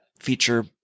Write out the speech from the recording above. feature